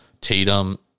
Tatum